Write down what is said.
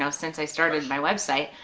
so since i started my website.